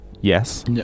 yes